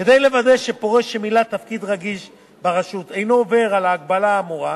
כדי לוודא שפורש שמילא תפקיד רגיש ברשות אינו עובר על ההגבלה האמורה,